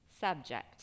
subject